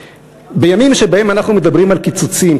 בימים שבהם אנחנו מדברים על קיצוצים,